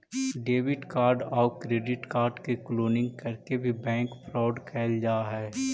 debit card आउ credit card के cloning करके भी बैंक फ्रॉड कैल जा हइ